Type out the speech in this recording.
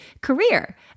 career